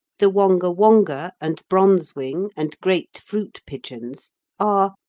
the wonga-wonga and bronze-wing and great fruit-pigeons are,